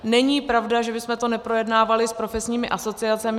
Není pravda, že bychom to neprojednávali s profesními asociacemi.